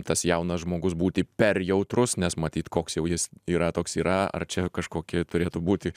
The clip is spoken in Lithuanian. tas jaunas žmogus būti per jautrus nes matyt koks jau jis yra toks yra ar čia kažkokie turėtų būti